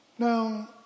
Now